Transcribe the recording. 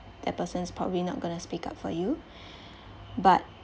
that person's probably not gonna speak up for you but